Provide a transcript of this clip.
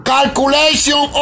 Calculation